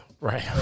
Right